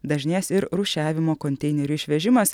dažnės ir rūšiavimo konteinerių išvežimas